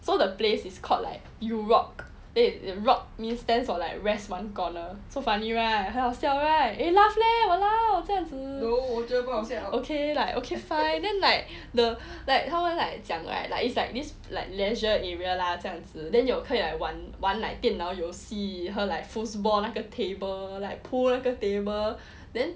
so the place is called like UROC ROC stands for like rest one corner so funny right 很好笑 right eh laugh leh !walao! 这样子 okay lah okay fine then like the like 他们 like 讲 right like it's like this leisure area lah 这样子 then 有可以玩玩 like 电脑游戏和 like foosball 那个 table like pool 那个 table then